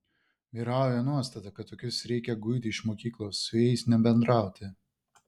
vyrauja nuostata kad tokius reikia guiti iš mokyklos su jais nebendrauti